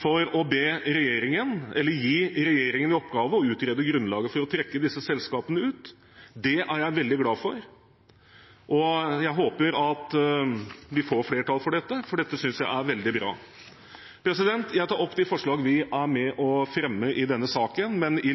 for å gi regjeringen i oppgave å utrede grunnlaget for å trekke disse selskapene ut. Det er jeg veldig glad for. Jeg håper vi får flertall, for dette synes jeg er veldig bra. I